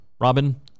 Robin